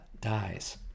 dies